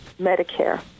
Medicare